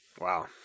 Wow